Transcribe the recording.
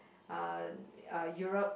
uh uh Europe